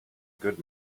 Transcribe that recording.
good